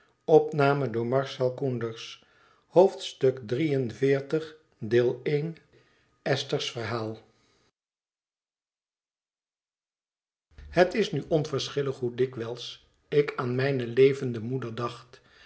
estiier's verhaal het is nu onverschillig hoe dikwijls ik aan mijne levende moeder dacht